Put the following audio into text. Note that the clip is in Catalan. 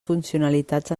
funcionalitats